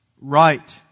Right